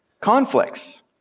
conflicts